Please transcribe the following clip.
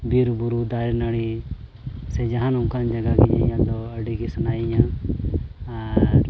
ᱵᱤᱨᱼᱵᱩᱨᱩ ᱫᱟᱨᱮᱼᱱᱟᱹᱲᱤ ᱥᱮ ᱡᱟᱦᱟᱱ ᱚᱱᱠᱟᱱ ᱡᱟᱭᱜᱟ ᱜᱮ ᱧᱮᱧᱮᱞ ᱫᱚ ᱟᱹᱰᱤᱜᱮ ᱥᱟᱱᱟᱭᱤᱧᱟᱹ ᱟᱨ